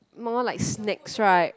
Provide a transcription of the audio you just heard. more like snacks right